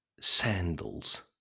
sandals